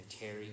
Terry